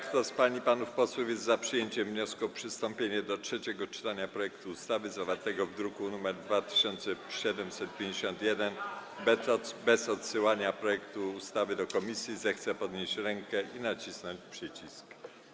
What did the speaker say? Kto z pań i panów posłów jest za przyjęciem wniosku o przystąpienie do trzeciego czytania projektu ustawy zawartego w druku nr 2751 bez odsyłania projektu ustawy do komisji, zechce podnieść rękę i nacisnąć przycisk.